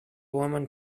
woman